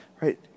right